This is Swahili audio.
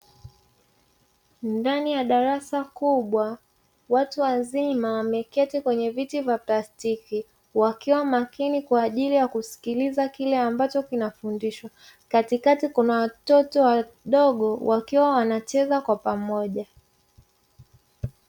Ndani ya darasa kubwa, watu wazima wameketi kwenye viti vya plastiki, wakiwa makini kwa ajili ya kusikiliza kile ambacho kinafundishwa, katikati kuna watoto wadogo wakiwa wanacheza kwa pamoja.